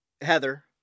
Heather